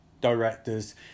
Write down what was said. directors